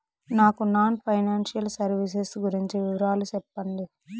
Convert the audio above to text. నాకు non financial services గురించి వివరాలు సెప్పండి?